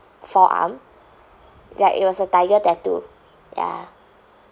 forearm that it was a tiger tattoo ya